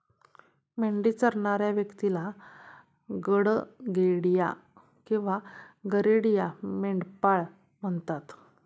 मेंढी चरणाऱ्या व्यक्तीला गडेडिया किंवा गरेडिया, मेंढपाळ म्हणतात